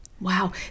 wow